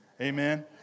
Amen